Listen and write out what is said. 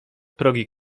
progi